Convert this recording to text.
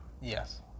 Yes